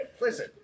listen